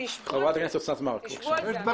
חברת הכנסת אוסנת מארק, בבקשה.